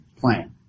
plan